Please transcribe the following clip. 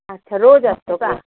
अच्छा रोज असतो का